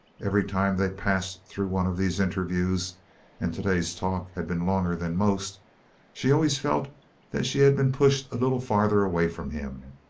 every time they passed through one of these interviews and today's talk had been longer than most she always felt that she had been pushed a little farther away from him.